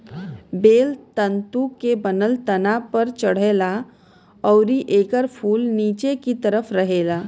बेल तंतु के बनल तना पे चढ़ेला अउरी एकर फूल निचे की तरफ रहेला